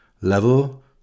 level